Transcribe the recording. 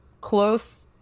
close